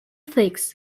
figs